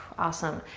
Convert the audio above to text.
awesome.